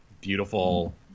beautiful